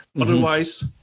Otherwise